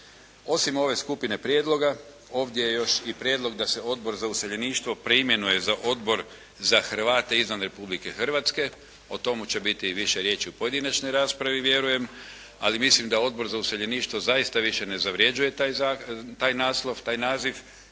Osim ove skupine prijedlog ovdje je još i prijedlog da se Odbor za useljeništvo preimenuje za Odbor za Hrvate izvan Republike Hrvatske, o tome će biti više riječi u pojedinačnoj raspravi, vjerujem, ali mislim da Odbor za useljeništvo zaista više ne zavrjeđuje taj naslov, taj naziv,